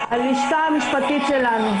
הלשכה המשפטית שלנו.